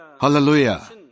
Hallelujah